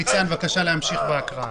ניצן, בבקשה להמשיך בהקראה.